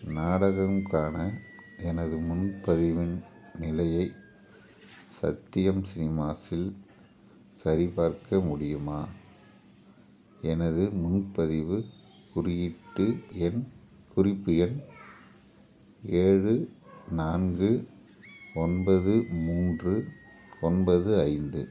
நாடகம் காண எனது முன்பதிவின் நிலையை சத்யம் சினிமாஸில் சரிபார்க்க முடியுமா எனது முன்பதிவுக் குறியீட்டு எண் குறிப்பு எண் ஏழு நான்கு ஒன்பது மூன்று ஒன்பது ஐந்து